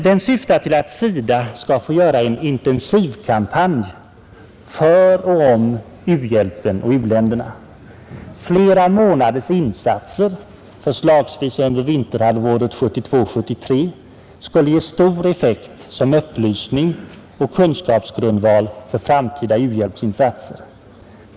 Den syftar till att SIDA skall få göra en intensivkampanj för och om u-hjälpen och u-länderna. Flera månaders insatser, förslagsvis under vinterhalvåret 1972-1973, skulle ge stor effekt som upplysning och kunskapsgrundval för framtida u-hjälpsinsatser.